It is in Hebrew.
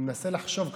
אני מנסה לחשוב.